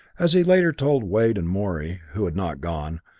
as he later told wade and morey, who had not gone,